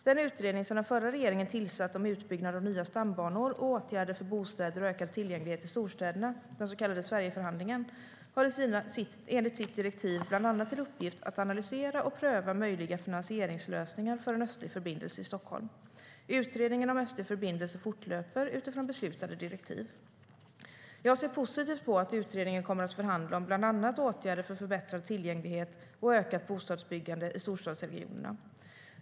Den utredning som den förra regeringen tillsatte om utbyggnad av nya stambanor och åtgärder för bostäder och ökad tillgänglighet i storstäderna, den så kallade Sverigeförhandlingen, har enligt sitt direktiv bland annat till uppgift att analysera och pröva möjliga finansieringslösningar för en östlig förbindelse i Stockholm. Utredningen om en östlig förbindelse fortlöper utifrån beslutade direktiv. Jag ser positivt på att utredningen kommer att förhandla om bland annat åtgärder för förbättrad tillgänglighet och ökat bostadsbyggande i storstadsregionerna.